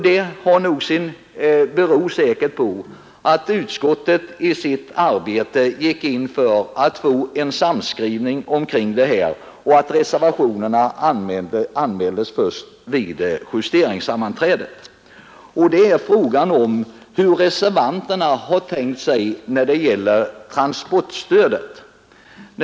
Detta beror säkert på att utskottet i sitt arbete gick in för att få en samskrivning omkring detta och att reservationerna anmäldes först vid justeringssammanträdet. Det gäller frågan om hur reservanterna tänkt sig transportstödet.